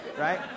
Right